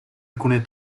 alcune